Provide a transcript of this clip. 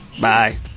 Bye